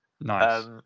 Nice